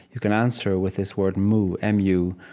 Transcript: you can answer with this word mu, m u,